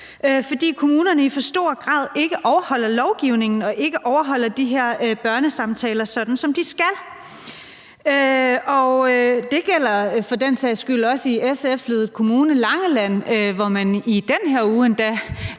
fordi kommunerne i for høj grad ikke overholder lovgivningen og ikke overholder de her børnesamtaler, sådan som de skal. Det gælder for den sags skyld også i den SF-ledede kommune Langeland, hvor SF's ordfører dernedefra, endda